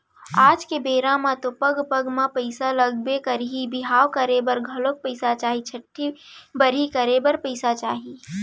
आज के बेरा म तो पग पग म पइसा लगथे बर बिहाव करे बर घलौ पइसा चाही, छठ्ठी बरही करे बर पइसा चाही